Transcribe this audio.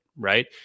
right